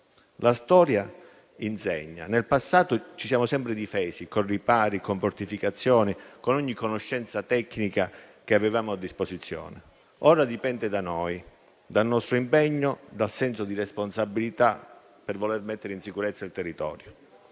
La storia insegna: nel passato ci siamo sempre difesi con ripari, con fortificazioni, con ogni conoscenza tecnica che avevamo a disposizione. Ora dipende da noi, dal nostro impegno, dal senso di responsabilità voler mettere in sicurezza il territorio.